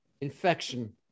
infection